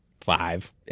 five